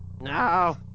No